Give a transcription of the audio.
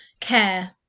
care